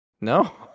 No